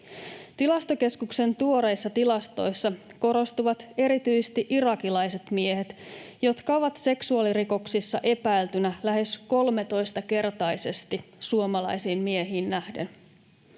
Tilastokeskuksen tuoreissa tilastoissa korostuvat erityisesti irakilaiset miehet, jotka ovat seksuaalirikoksissa epäiltyinä lähes 13-kertaisesti suomalaisiin miehiin nähden.